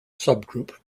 subgroup